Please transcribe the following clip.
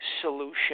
solution